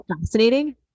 fascinating